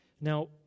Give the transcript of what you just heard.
now